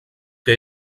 que